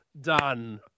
done